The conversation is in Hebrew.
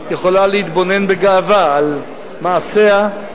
יכולה להתבונן בגאווה על המעשים,